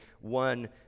one